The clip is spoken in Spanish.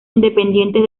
independientes